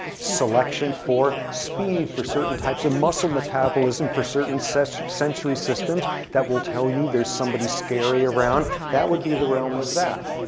selection for speed, for certain types of muscle metabolism, for certain sets of sensory systems that will tell you there's somebody scary around. that would be the realm of that.